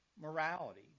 Morality